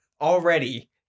already